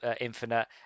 infinite